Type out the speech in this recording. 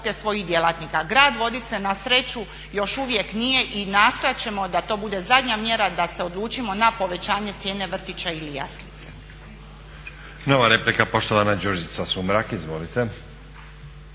svojih djelatnika. Grad Vodice na sreću još uvijek nije i nastojati ćemo da to bude zadnja mjera da se odlučimo na povećanje cijene vrtića ili jaslica.